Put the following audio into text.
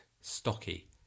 stocky